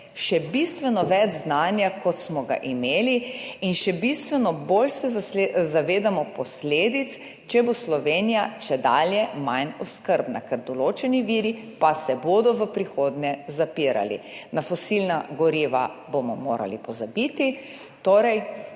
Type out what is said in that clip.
še bistveno več znanja, kot smo ga imeli, in se še bistveno bolj zavedamo posledic, če bo Slovenija čedalje manj oskrbna. Ker določeni viri pa se bodo v prihodnje zapirali. Na fosilna goriva bomo morali pozabiti.